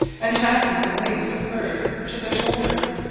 and tacking the wings of birds to their shoulders.